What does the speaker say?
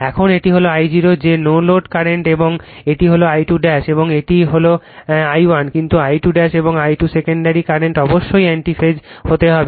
এখন এটি হল Io যে নো লোড কারেন্ট এবং এটি হল I2 এবং এটি হল I1 কিন্তু I2 এবং I2 সেকেন্ডারি কারেন্ট অবশ্যই অ্যান্টি ফেজ হতে হবে